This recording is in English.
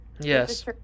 Yes